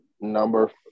number